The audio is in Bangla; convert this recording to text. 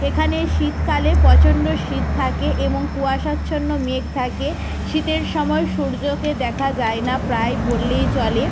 এখানে শীতকালে প্রচণ্ড শীত থাকে এবং কুয়াশাচ্ছন্ন মেঘ থাকে শীতের সময় সূর্যকে দেখা যায় না প্রায় বললেই চলে